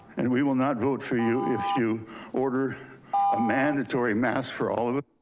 and we will not vote for you if you order a mandatory mask for all of ah